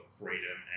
freedom